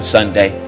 Sunday